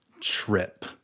trip